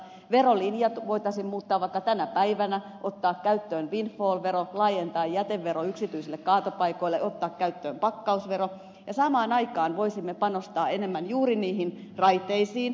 verolinjat voitaisiin muuttaa vaikka tänä päivänä ottaa käyttöön windfall vero laajentaa jätevero yksityisille kaatopaikoille ottaa käyttöön pakkausvero ja samaan aikaan voisimme panostaa enemmän juuri niihin raiteisiin joukkoliikenteeseen